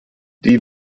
die